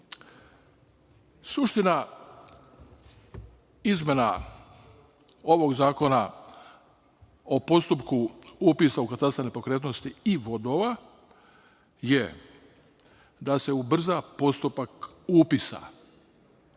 Suština izmena ovog zakona o postupku upisa u katastar nepokretnosti i vodova je da se ubrza postupak upisa,